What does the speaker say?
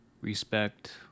respect